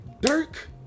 Dirk